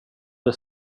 det